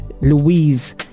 Louise